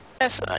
Yes